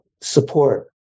support